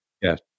Yes